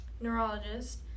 neurologist